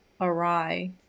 Awry